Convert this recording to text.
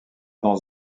dans